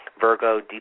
Virgo